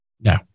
No